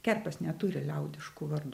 kerpės neturi liaudiškų vardų